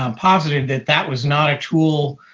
um positive that that was not a tool,